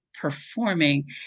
performing